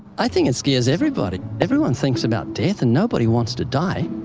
i think it scares everybody. everyone thinks about death, and nobody wants to die.